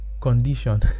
condition